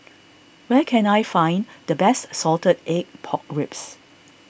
where can I find the best Salted Egg Pork Ribs